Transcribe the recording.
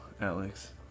Alex